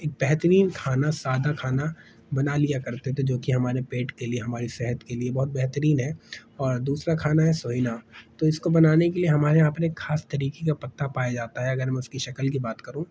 ایک بہترین کھانا سادہ کھانا بنا لیا کرتے تھے جوکہ ہمارے پیٹ کے لیے ہماری صحت کے لیے بہت بہترین ہے اور دوسرا کھانا ہے سوہینا تو اس کو بنانے کے لیے ہمارے یہاں پر ایک خاص طریقے کا پتا پایا جاتا ہے اگر ہم اس کی شکل کی بات کروں